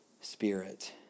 spirit